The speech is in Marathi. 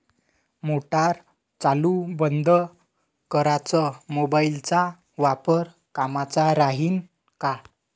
मोटार चालू बंद कराच मोबाईलचा वापर कामाचा राहीन का?